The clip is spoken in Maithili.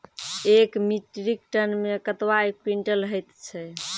एक मीट्रिक टन मे कतवा क्वींटल हैत छै?